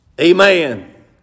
Amen